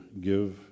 give